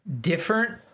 different